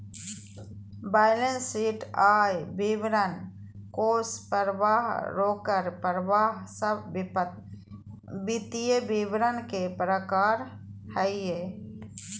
balance sheet, आय विवरण, कोष परवाह, रोकड़ परवाह सब वित्तीय विवरण के प्रकार हय